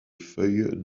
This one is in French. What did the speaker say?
feuilles